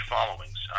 followings